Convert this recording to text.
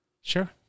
Sure